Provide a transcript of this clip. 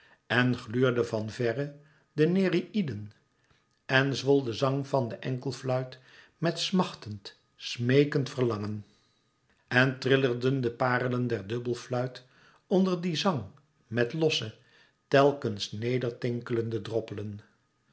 en gluurden van verre de nereïden en zwol de zang van de enkelfluit met smachtend smeekend verlangen en trillerden de parelen der dubbelfluit onder dien zang met losse telkens neder tinkelende droppelen